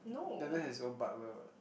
Batman is all butler [what]